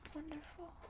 Wonderful